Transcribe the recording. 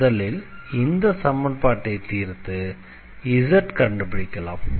எனவே முதலில் இந்த சமன்பாட்டை தீர்த்து zஐ கண்டுபிடிக்கலாம்